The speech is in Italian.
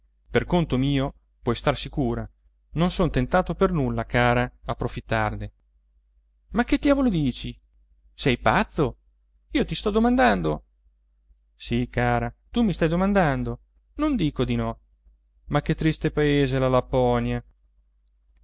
per conto mio puoi star sicura non son tentato per nulla cara a profittarne ma che diavolo dici sei pazzo io ti sto domandando sì cara tu mi stai domandando non dico di no ma che triste paese la lapponia